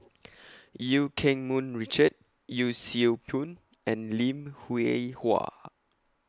EU Keng Mun Richard Yee Siew Pun and Lim Hwee Hua